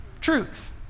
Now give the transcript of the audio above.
truth